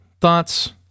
thoughts